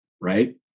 right